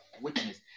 Witness